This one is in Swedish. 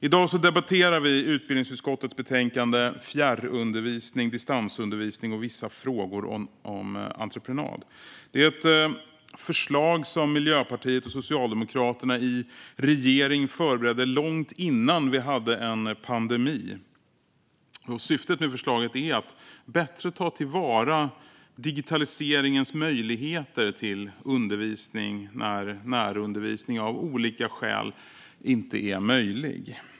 I dag debatterar vi utbildningsutskottets betänkande om fjärrundervisning, distansundervisning och vissa frågor om entreprenad. Det är ett förslag som Miljöpartiet och Socialdemokraterna förberedde i regeringen långt innan vi hade en pandemi. Syftet med förslaget är att bättre ta till vara digitaliseringens möjligheter till undervisning när närundervisning av olika skäl inte är möjlig.